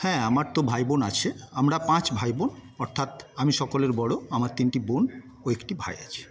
হ্যাঁ আমার তো ভাই বোন আছে আমরা পাঁচ ভাইবোন অর্থাৎ আমি সকলের বড় আমার তিনটি বোন ও একটি ভাই আছে